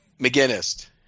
McGinnis